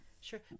Sure